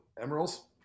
Emeralds